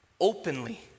openly